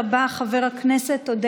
בעד חוה אתי עטייה, נגד חמד עמאר,